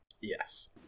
yes